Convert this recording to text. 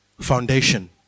foundation